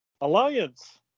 alliance